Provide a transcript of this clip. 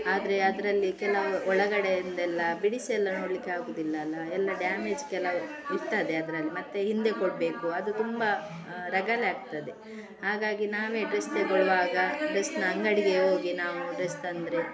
ಆದರೆ ಅದರಲ್ಲಿ ಕೆಲವು ಒಳಗಡೆಯಿಂದೆಲ್ಲ ಬಿಡಿಸಿ ಎಲ್ಲ ನೋಡಲಿಕ್ಕೆ ಆಗೋದಿಲ್ಲ ಅಲ್ಲಾ ಎಲ್ಲ ಡ್ಯಾಮೇಜ್ ಕೆಲವು ಇರ್ತದೆ ಅದ್ರಲ್ಲಿ ಮತ್ತೆ ಹಿಂದೆ ಕೊಡಬೇಕು ಅದು ತುಂಬಾ ರಗಳೆ ಆಗ್ತದೆ ಹಾಗಾಗಿ ನಾವೇ ಡ್ರೆಸ್ ತಗೊಳ್ವಾಗ ಡ್ರೆಸಿನ ಅಂಗಡಿಗೇ ಹೋಗಿ ನಾವು ಡ್ರೆಸ್ ತಂದರೆ